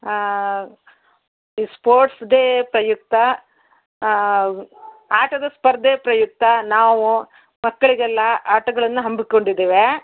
ಈ sports day ಪ್ರಯುಕ್ತ ಆಟದ ಸ್ಪರ್ಧೆ ಪ್ರಯುಕ್ತ ನಾವು ಮಕ್ಕಳಿಗೆಲ್ಲ ಆಟಗಳನ್ನು ಹಮ್ಮಿಕೊಂಡಿದ್ದೇವೆ